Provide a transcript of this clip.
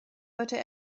gehörte